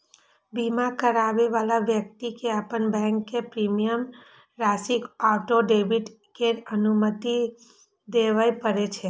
बीमा कराबै बला व्यक्ति कें अपन बैंक कें प्रीमियम राशिक ऑटो डेबिट के अनुमति देबय पड़ै छै